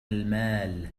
المال